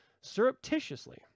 surreptitiously